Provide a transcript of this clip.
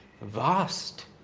vast